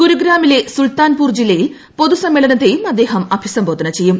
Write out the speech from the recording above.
ഗുരുഗ്രാമിലെ സുൽത്താൻപൂർ ജില്ലയിൽ പൊതുസമ്മേളനത്തെയും അദ്ദേഹം അഭിസംബോധന ചെയ്യും